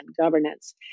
governance